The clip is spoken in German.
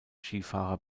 skifahrer